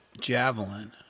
javelin